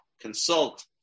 consult